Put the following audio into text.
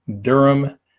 Durham